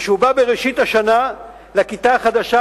וכשהוא בא בראשית השנה לכיתה החדשה,